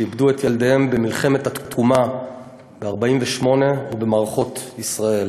שאיבדו את ילדיהם במלחמת התקומה ב-1948 ובמערכות ישראל.